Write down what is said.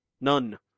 None